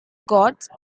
gods